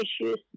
issues